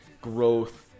growth